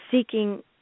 seeking